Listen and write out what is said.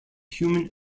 human